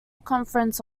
conference